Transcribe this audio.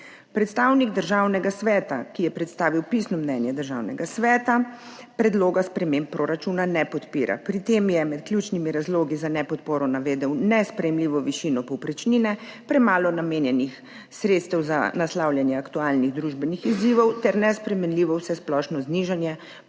Predstavnik Državnega sveta, ki je predstavil pisno mnenje Državnega sveta, predloga sprememb proračuna ne podpira. Pri tem je med ključnimi razlogi za nepodporo navedel nesprejemljivo višino povprečnine, premalo namenjenih sredstev za naslavljanje aktualnih družbenih izzivov ter nesprejemljivo vsesplošno znižanje proračunskih